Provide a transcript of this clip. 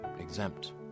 exempt